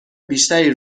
بیشتری